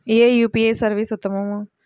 ఏ UPI service ఉత్తమము?